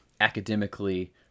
academically